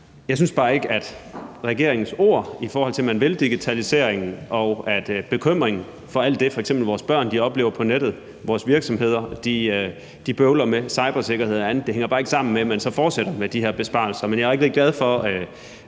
jeg synes bare ikke, at regeringens ord om, at man vil digitaliseringen, og bekymringen for alt det, vores børn f.eks. oplever på nettet, og det, som vores virksomheder bøvler med, når det handler om cybersikkerhed og andet, hænger sammen med, at man så fortsætter med de her besparelser. Men jeg er rigtig glad for